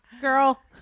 Girl